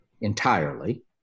entirely